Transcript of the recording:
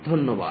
ধন্যবাদ